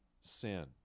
sin